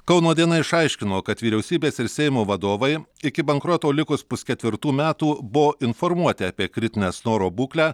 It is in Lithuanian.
kauno diena išaiškino kad vyriausybės ir seimo vadovai iki bankroto likus pusketvirtų metų buvo informuoti apie kritinę snoro būklę